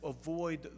avoid